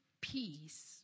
peace